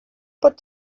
pot